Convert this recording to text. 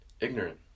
Ignorant